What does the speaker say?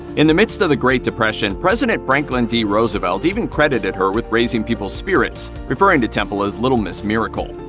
in the midst of the great depression, president franklin d. roosevelt even credited her with raising people's spirits, referring to temple as little miss miracle.